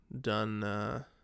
done